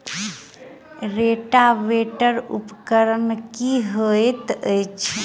Rotavator उपकरण की हएत अछि?